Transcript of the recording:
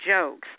jokes